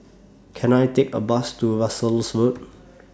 Can I Take A Bus to Russels Road